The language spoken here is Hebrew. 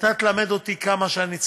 אתה תלמד אותי כמה שאני צריך.